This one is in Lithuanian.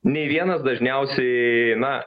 nei vienas dažniausiai na